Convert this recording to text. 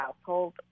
household